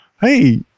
Hey